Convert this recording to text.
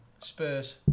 Spurs